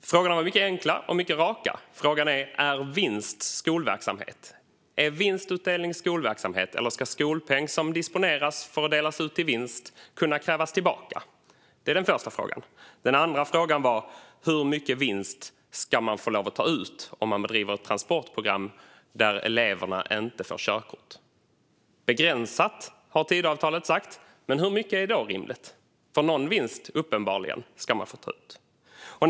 De var mycket enkla och mycket raka. Den första frågan var: Är vinstutdelning skolverksamhet, eller ska skolpeng som disponeras för att delas ut i vinst kunna kallas tillbaka? Den andra frågan var: Hur mycket vinst ska man få lov att ta ut om man driver ett transportprogram där eleverna inte får körkort? Man ska få ta ut begränsat med vinst, har Tidöavtalet sagt. Hur mycket är då rimligt? Någon vinst ska man nämligen få ta ut, uppenbarligen.